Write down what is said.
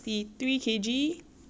then now I'm